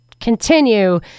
continue